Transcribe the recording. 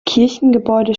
kirchengebäude